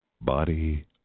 Body